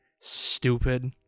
Stupid